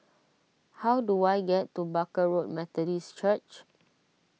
how do I get to Barker Road Methodist Church